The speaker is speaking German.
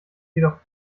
jedoch